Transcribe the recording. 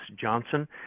Johnson